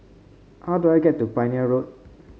how do I get to Pioneer Road